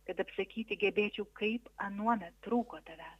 kad apsakyti gebėčiau kaip anuomet trūko tavęs